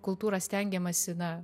kultūrą stengiamasi na